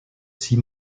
six